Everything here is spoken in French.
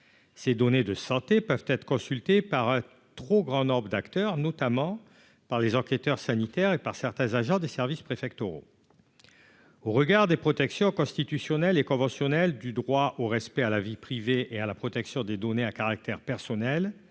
Ces données de santé peuvent être consultées par un trop grand nombre d'acteurs, notamment par les enquêteurs sanitaires et par certains agents des services préfectoraux. Au regard des protections constitutionnelles et conventionnelles du droit au respect à la vie privée et à la protection des données à caractère personnel,